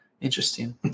Interesting